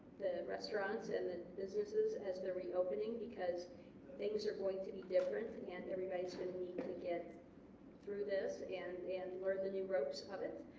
the restaurants and and businesses as they're reopening because things are going to be different and everybody's going to need to get through this and and learn the new ropes of it